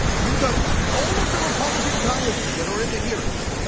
you've got all of the republican congressman that are in the hearings,